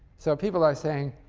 so, people are saying,